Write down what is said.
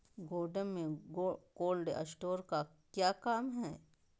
गोडम में cold storage का क्या काम है?